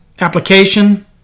application